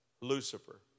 Lucifer